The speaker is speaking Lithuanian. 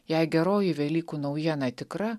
jei geroji velykų naujiena tikra